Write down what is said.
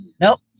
Nope